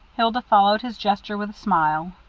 hilda followed his gesture with a smile.